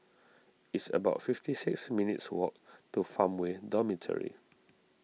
it's about fifty six minutes' walk to Farmway Dormitory